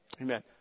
Amen